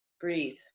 breathe